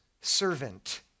servant